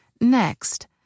Next